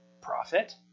profit